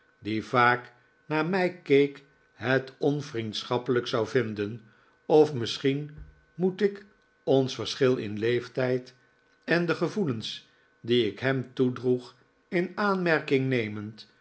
die vaak naar mij keek het onvriendschappelijk zou vinden of misschien moet ik ons verschil in leeftijd en de gevoelens die ik hem toedroeg in aanmerking nemend